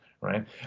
right